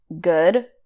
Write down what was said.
good